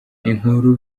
inkuru